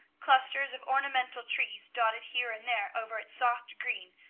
clusters of ornamental trees, dotted here and there over its soft green,